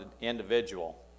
individual